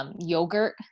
yogurt